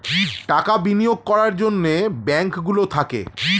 টাকা বিনিয়োগ করার জন্যে ব্যাঙ্ক গুলো থাকে